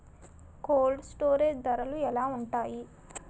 Cold storage ధరలు ఎలా ఉంటాయి?